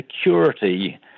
security